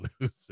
loser